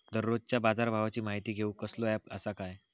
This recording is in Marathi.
दररोजच्या बाजारभावाची माहिती घेऊक कसलो अँप आसा काय?